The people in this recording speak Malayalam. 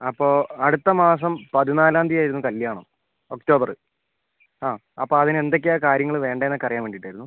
അപ്പോൾ അടുത്ത മാസം പതിനാലാം തീയതി ആയിരുന്നു കല്യാണം ഒക്ടോബർ ആ അപ്പം അതിന് എന്തൊക്കെയാണ് കാര്യങ്ങൾ വേണ്ടതെന്ന് ഒക്കെ അറിയാൻ വേണ്ടിയിട്ട് ആയിരുന്നു